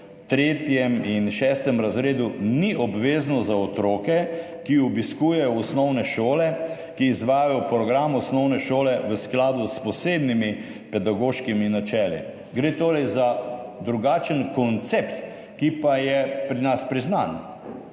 v 3. in 6. razredu ni obvezno za otroke, ki obiskujejo osnovne šole, ki izvajajo program osnovne šole v skladu s posebnimi pedagoškimi načeli. Gre torej za drugačen koncept, ki pa je pri nas priznan